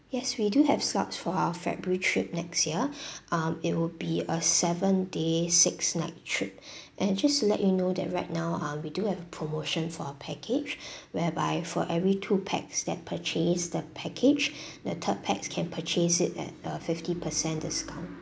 yes we do have slots for our february trip next year um it'll be a seven day six night trip and just let you know that right now uh we do have promotion for a package whereby for every two pax that purchased the package the third pax can purchase it at uh fifty percent discount